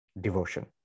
devotion